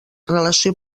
relació